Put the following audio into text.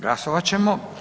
Glasovat ćemo.